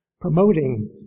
promoting